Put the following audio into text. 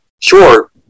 Sure